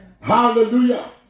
Hallelujah